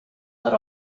not